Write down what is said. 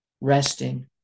resting